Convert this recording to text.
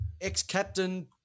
Ex-captain